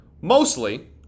mostly